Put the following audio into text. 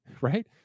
right